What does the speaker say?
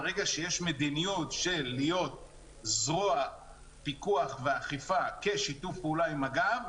ברגע שיש מדיניות של להיות זרוע פיקוח ואכיפה כשיתוף פעולה עם מג"ב,